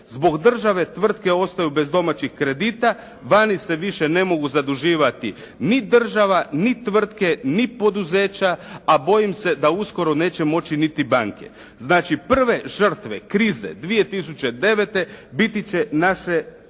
zbog države tvrtke ostaju bez domaćih kredita, vani se više ne mogu zaduživati ni država, ni tvrtke, ni poduzeća, a bojim se da uskoro neće moći niti banke. Znači prve žrtve krize 2009. biti će naše